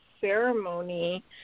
ceremony